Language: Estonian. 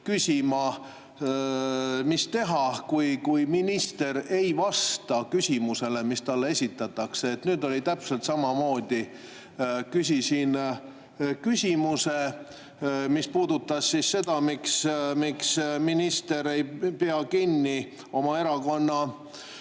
küsima, mis teha, kui minister ei vasta küsimusele, mis talle esitatakse. Nüüd oli täpselt samamoodi. Küsisin, miks minister ei pea kinni oma erakonna